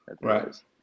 Right